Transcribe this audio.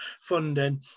funding